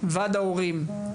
ועד ההורים,